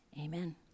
amen